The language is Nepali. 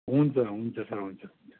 हुन्छ हुन्छ सर हुन्छ हुन्छ